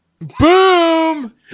Boom